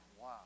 Wow